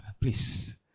Please